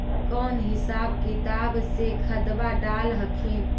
कौन हिसाब किताब से खदबा डाल हखिन?